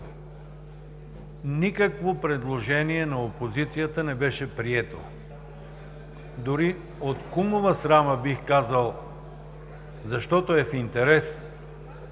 никакво предложение на опозицията. Дори от кумова срама, бих казал, защото е в интерес